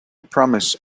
promise